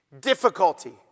Difficulty